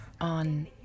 on